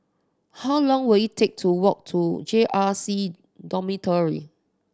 how long will it take to walk to J R C Dormitory